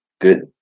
good